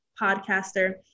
podcaster